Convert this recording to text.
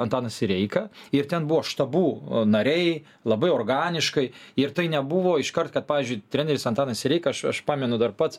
antanas sireika ir ten buvo štabų nariai labai organiškai ir tai nebuvo iškart kad pavyzdžiui treneris antanas sireika aš aš pamenu dar pats